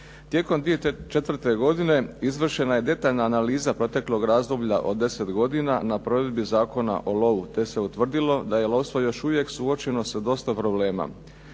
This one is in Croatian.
Tijekom 2004. godine izvršena je detaljna analiza proteklog razdoblja od 10 godina na provedbi Zakona o lovu, te se utvrdilo da je lovstvo još uvijek suočeno sa dosta problema.